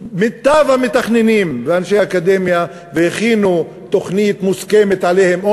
מיטב המתכננים ואנשי האקדמיה והכינו תוכנית מוסכמת עליהם.